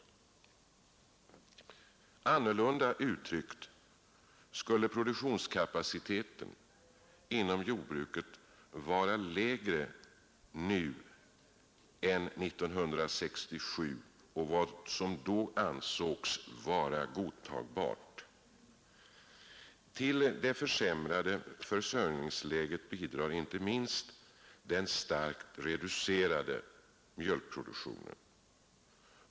Annorlunda uttryckt skulle produktionskapaciteten inom jordbruket nu vara lägre än vad som 1967 ansågs godtagbart. Till det försämrade försörjningsläget bidrar inte minst den starkt reducerade mjölkproduktionen.